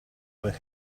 where